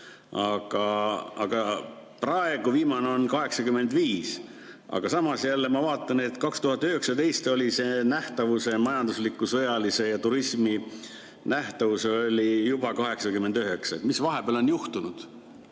89, praegu on viimane 85. Aga samas jälle ma vaatan, et 2019 oli see majandusliku, sõjalise ja turismi nähtavus juba 89. Mis vahepeal on juhtunud?